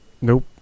Nope